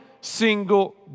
single